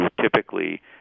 typically